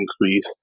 increase